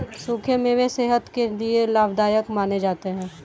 सुखे मेवे सेहत के लिये लाभदायक माने जाते है